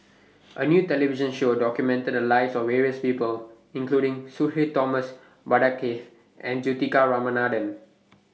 A New television Show documented The Lives of various People including Sudhir Thomas Vadaketh and Juthika Ramanathan